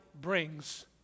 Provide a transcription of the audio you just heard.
brings